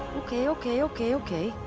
okay, okay, okay, okay.